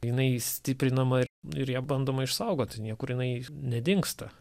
jinai stiprinama ir ją bandoma išsaugot niekur jinai nedingsta